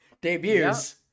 debuts